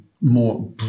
more